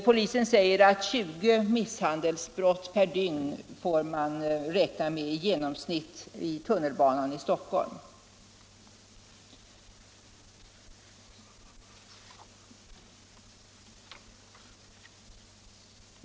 Polisen säger att i genomsnitt 20 misshandelsbrott per dygn får man räkna med i tunnelbanorna i Stockholm.